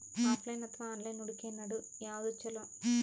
Offline ಅಥವಾ online ಹೂಡಿಕೆ ನಡು ಯವಾದ ಛೊಲೊ?